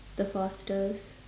the fastest